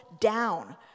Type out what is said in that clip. down